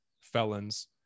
felons